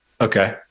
Okay